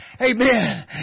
Amen